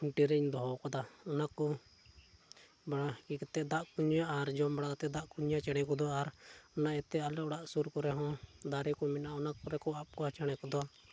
ᱢᱤᱫᱴᱤᱱ ᱨᱤᱧ ᱫᱚᱦᱚ ᱟᱠᱟᱫᱟ ᱚᱱᱟ ᱠᱚ ᱢᱟᱲᱟᱝ ᱤᱭᱟᱹ ᱠᱟᱛᱮᱫ ᱫᱟᱜ ᱠᱚ ᱧᱩᱭᱟ ᱟᱨ ᱡᱚᱢ ᱵᱟᱲᱟ ᱠᱟᱛᱮᱫ ᱫᱟᱜ ᱠᱚ ᱧᱩᱭᱟ ᱪᱮᱬᱮ ᱠᱚᱫᱚ ᱟᱨ ᱚᱱᱟ ᱤᱭᱟᱹᱛᱮ ᱟᱞᱮ ᱚᱲᱟᱜ ᱥᱩᱨ ᱠᱚᱨᱮᱜ ᱦᱚᱸ ᱫᱟᱨᱮ ᱠᱚ ᱢᱮᱱᱟᱜᱼᱟ ᱚᱱᱟ ᱠᱚᱨᱮ ᱠᱚ ᱟᱵ ᱠᱚᱜᱼᱟ ᱪᱮᱬᱮ ᱠᱚᱫᱚ